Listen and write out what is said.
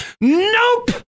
Nope